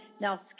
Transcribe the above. Now